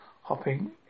hopping